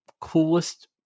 coolest